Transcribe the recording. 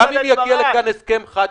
גם אם יגיע לכאן תקציב חד-שנתי,